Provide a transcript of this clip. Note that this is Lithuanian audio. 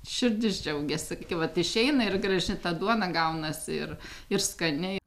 širdis džiaugiasi vat išeina ir graži ta duona gaunasi ir ir skani